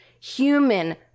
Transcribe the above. human